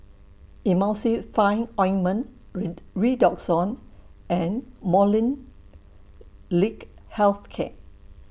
Emulsying Fine Ointment Redoxon and Molnylcke Health Care